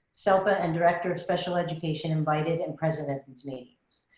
selpa, and director of special education invited and present at these meetings.